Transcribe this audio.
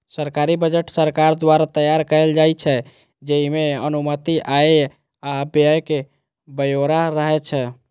सरकारी बजट सरकार द्वारा तैयार कैल जाइ छै, जइमे अनुमानित आय आ व्यय के ब्यौरा रहै छै